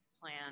plan